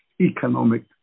economic